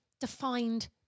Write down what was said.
defined